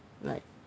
like